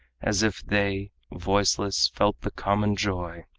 as if they, voiceless, felt the common joy.